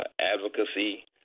advocacy